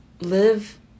live